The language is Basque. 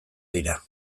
dira